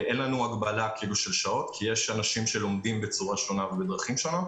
אין לנו הגבלה של שעות כי יש אנשים שלומדים בצורה שונה ובדרכים שונות.